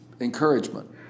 encouragement